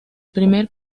primer